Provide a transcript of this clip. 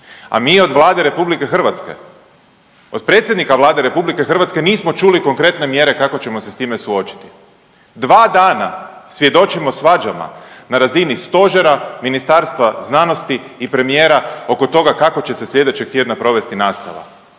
a mi od Vlade RH od predsjednika Vlade RH nismo čuli konkretne mjere kako ćemo se s time suočiti. Dva dana svjedočimo svađama na razini stožera, Ministarstva znanosti i premijera oko toga kako će se sljedećeg tjedna provesti nastava.